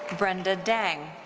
brenda dang.